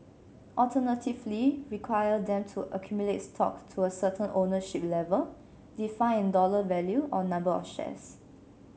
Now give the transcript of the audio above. alternatively require them to accumulate stock to a certain ownership level defined in dollar value or number of shares